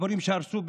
דחפורים שהרסו,